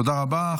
תודה רבה.